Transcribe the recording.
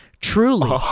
truly